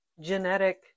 genetic